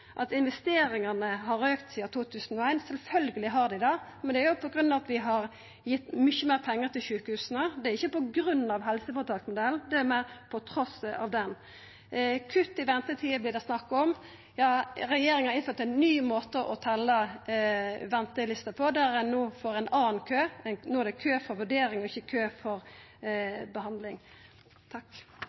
At investeringane har auka sidan 2001 – sjølvsagt har dei det, men det er jo på grunn av at vi har gitt mykje meir pengar til sjukehusa. Det er ikkje på grunn av helseføretaksmodellen, det er meir på tross av han. Kutt i ventetider var det snakk om. Ja, regjeringa har innført ein ny måte å telja kor mange som er på venteliste på, der ein no får ein annan kø. No er det kø for vurdering, ikkje kø for behandling.